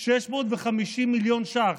650 מיליון ש"ח.